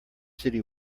city